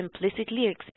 implicitly